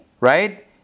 right